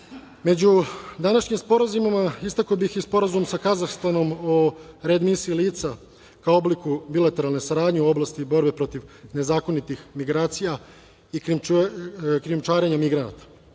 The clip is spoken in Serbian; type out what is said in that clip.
današnjim sporazumima istakao bih i Sporazum sa Kazahstanom, o readmisiji lica ka obliku bilateralne saradnje u oblasti borbe protiv nezakonitih migracija i krijumčarenja migranata. Važno